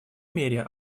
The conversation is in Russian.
мере